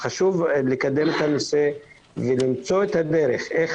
חשוב לקדם את הנושא ולמצוא את הדרך איך